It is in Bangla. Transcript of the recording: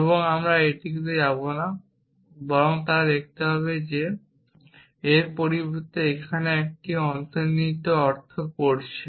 এবং আমরা এটিতে যাব না বরং তারা দেখতে পাবে যে এর পরিবর্তে এখানে একটি অন্তর্নিহিত অর্থ পড়ছে